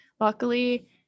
luckily